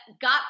got